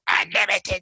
Unlimited